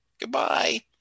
Goodbye